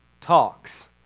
talks